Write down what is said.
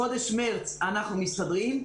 חודש מרץ אנחנו מסתדרים.